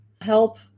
help